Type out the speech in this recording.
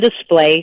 display